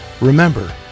Remember